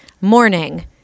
morning